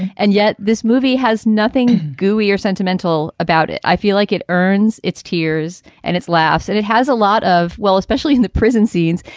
and yet this movie has nothing gooey or sentimental about it. i feel like it earns its tears and its laughs. and it has a lot of well, especially in the prison scenes.